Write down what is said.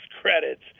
credits